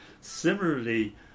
Similarly